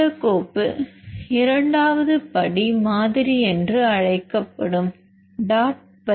இந்த கோப்பு இரண்டாவது படி மாதிரி என்று அழைக்கப்படும் டாட் பை dot